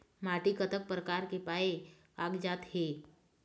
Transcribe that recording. माटी कतक प्रकार के पाये कागजात हे?